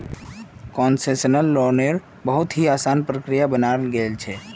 concessional लोन्नेर बहुत ही असान प्रक्रिया बनाल गेल छे